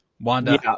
Wanda